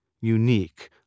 unique